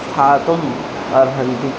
स्थातुम् अर्हन्ति